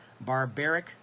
barbaric